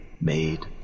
made